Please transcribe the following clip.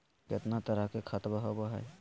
कितना तरह के खातवा होव हई?